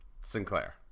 Sinclair